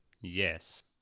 Yes